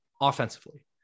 offensively